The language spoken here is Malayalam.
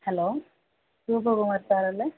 ഹലോ ഗോപകുമാർ സാറല്ലേ